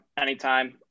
Anytime